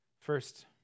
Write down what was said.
First